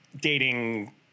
dating